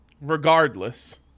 Regardless